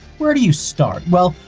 where do you start? well,